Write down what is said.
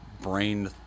brain